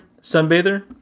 Sunbather